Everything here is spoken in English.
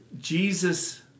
Jesus